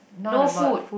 no food